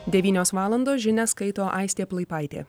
devynios valandos žinias skaito aistė plaipaitė